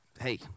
Hey